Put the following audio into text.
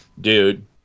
dude